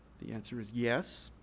the answer is yes.